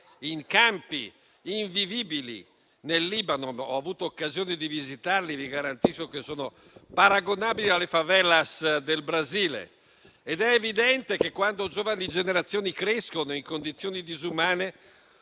in campi invivibili nel Libano. Ho avuto occasione di visitarli e vi garantisco che sono paragonabili alle *favelas* del Brasile. È evidente che, quando giovani generazioni crescono in condizioni disumane,